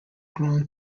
grown